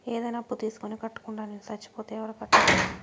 ఏదైనా అప్పు తీసుకొని కట్టకుండా నేను సచ్చిపోతే ఎవరు కట్టాలి?